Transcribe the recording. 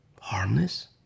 Harmless